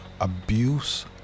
Abuse